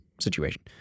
situation